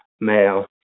male